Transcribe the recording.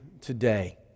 today